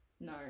No